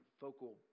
focal